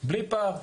בלי פער,